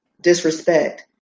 disrespect